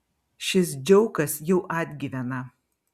šis džiaukas jau atgyvena